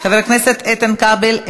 חבר הכנסת איתן כבל,